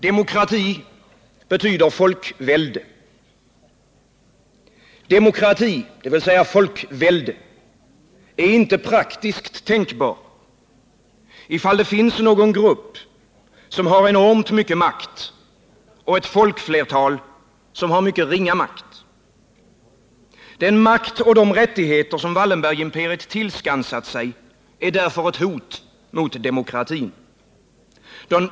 Demokrati betyder folkvälde. Demokrati, dvs. folkvälde, är inte praktiskt tänkbar, om det finns någon grupp som har enormt mycket makt och ett folkflertal som har ringa makt. Den makt och de rättigheter Wallenbergimperiet tillskansat sig är därför ett hot mot demokratin.